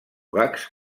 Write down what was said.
gags